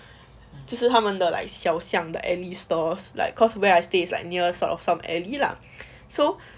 就是他们的 like 小巷 the alley stores like cause where I stay like near sort of some alley lah so